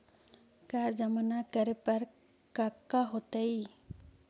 कर जमा ना करे पर कका होतइ?